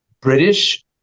British